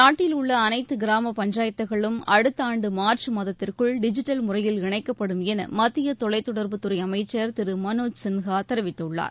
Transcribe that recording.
நாட்டில் உள்ள அனைத்து கிராமப் பஞ்சாயத்துகளும் அடுத்த ஆண்டு மார்ச் மாதத்திற்குள் டிஜிட்டல் முறையில் இணைக்கப்படும் என மத்திய தொலைத் தொடர்புத் துறை அமைச்சர் திரு மனோஜ் சின்ஹா தெரிவித்துள்ளார்